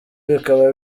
bikaba